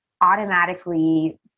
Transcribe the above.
automatically